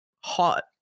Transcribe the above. hot